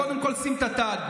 קודם כול שים את התג.